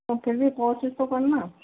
तो फिर भी कोशिश तो करना